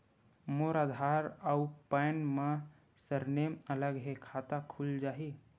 मोर आधार आऊ पैन मा सरनेम अलग हे खाता खुल जहीं?